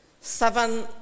Seven